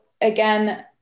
again